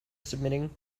submitting